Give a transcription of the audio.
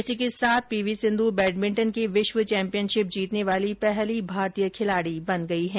इसी के साथ पी वी सिन्धू बैडमिंटन की विश्व चैम्पियनशिप जीतने वाली पहली भारतीय खिलाडी बन गई है